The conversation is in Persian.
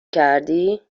کردی